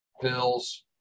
pills